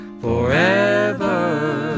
forever